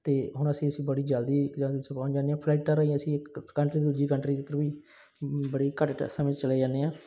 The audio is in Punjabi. ਅਤੇ ਹੁਣ ਅਸੀਂ ਅਸੀਂ ਬੜੀ ਜਲਦੀ ਇੱਕ ਜਗ੍ਹਾ ਤੋਂ ਦੂਜੀ ਪਹੁੰਚ ਜਾਂਦੇ ਆ ਫਲਾਈਟਾਂ ਰਾਹੀਂ ਅਸੀਂ ਇੱਕ ਕੰਟਰੀ ਦੂਜੀ ਕੰਟਰੀ ਦੇ ਥਰੂ ਹੀ ਬੜੀ ਘੱਟ ਸਮੇਂ 'ਚ ਚਲੇ ਜਾਂਦੇ ਆ